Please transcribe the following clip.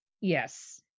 Yes